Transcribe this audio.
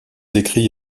écrit